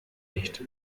nicht